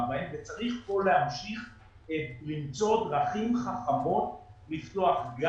בהם וצריך כאן להמשיך למצוא דרכים חכמות לפתוח.